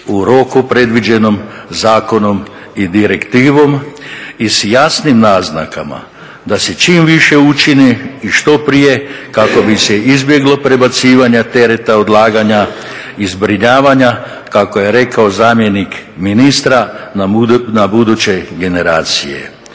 u roku predviđenom zakonom i direktivom i s jasnim naznakama da se čim više učini i što prije kako bi se izbjeglo prebacivanja tereta odlaganja i zbrinjavanja kako je rekao zamjenik ministra na buduće generacije.